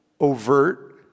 overt